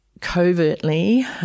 covertly